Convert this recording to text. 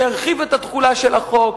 שירחיב את התחולה של החוק,